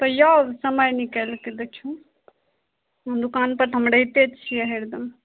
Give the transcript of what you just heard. तऽ आउ समय निकालि कऽ देखियौ हम दोकानपर तऽ हम रहिते छियै हरदम